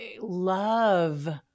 love